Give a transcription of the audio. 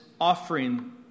offering